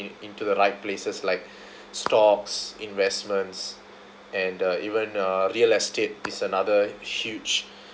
into the right places like stocks investments and uh even uh real estate is another huge